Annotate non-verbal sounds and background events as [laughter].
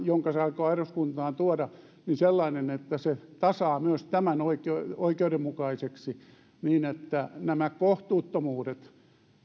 [unintelligible] jonka se aikoo eduskuntaan tuoda sellainen että se tasaa myös tämän oikeudenmukaiseksi niin että nämä kohtuuttomuudet